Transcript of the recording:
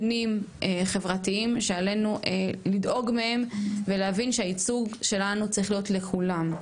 פנים-חברתיים שעלינו לדאוג מהם ולהבין שהייצוג שלנו צריך להיות לכולם.